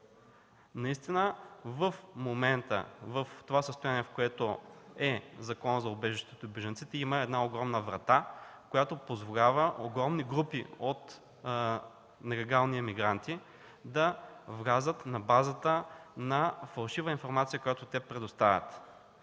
Наистина в момента в това състояние, в което е Законът за убежищата и бежанците, има една огромна врата, която позволява огромни групи от нелегални емигранти да влязат на базата на фалшива информация, която те предоставят.